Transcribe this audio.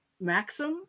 Maxim